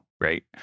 right